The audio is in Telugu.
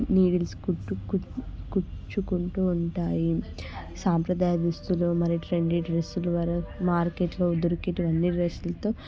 నీడిల్స్ గుచ్చుకుంటూ ఉంటాయి సాంప్రదాయ దుస్తులు మరి ట్రెండీ డ్రస్సులు మార్కెట్లో దొరికేవన్నీ డ్రెస్సులతో